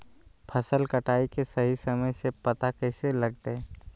फसल कटाई के सही समय के पता कैसे लगते?